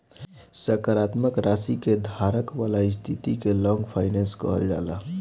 सकारात्मक राशि के धारक वाला स्थिति के लॉन्ग फाइनेंस कहल जाला